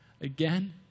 again